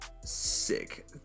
sick